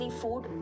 food